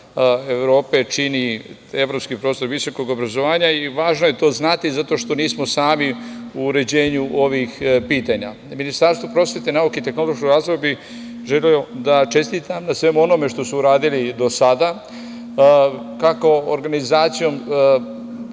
Evrope čini evropski prostor visokog obrazovanja i važno je to znati zato što nismo sami u uređenju tih pitanja. Ministarstvu prosvete, nauke i tehnološkog razvoja bih želeo da čestitam na svemu onome što su uradili do sada, kako organizacijom